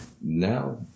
now